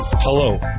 Hello